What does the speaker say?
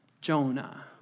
Jonah